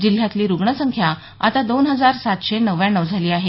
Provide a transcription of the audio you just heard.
जिल्ह्यातली रुग्णसंख्या आता दोन हजार सातशे नव्व्याण्णव झाली आहे